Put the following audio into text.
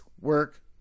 work